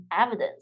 evidence